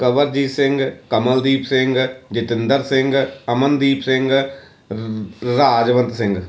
ਕਵਰਜੀਤ ਸਿੰਘ ਕਮਲਦੀਪ ਸਿੰਘ ਜਤਿੰਦਰ ਸਿੰਘ ਅਮਨਦੀਪ ਸਿੰਘ ਰ ਰਾਜਵੰਤ ਸਿੰਘ